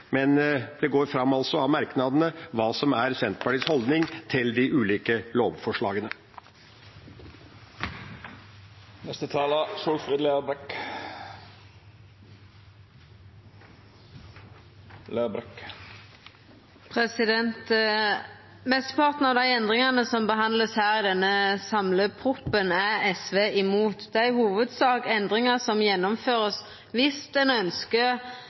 men det går fram av merknadene hva som er Senterpartiets holdning til de ulike lovforslagene. Mesteparten av dei endringane som vert behandla i denne samleproposisjonen, er SV imot. Det er i hovudsak endringar som